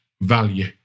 value